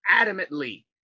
adamantly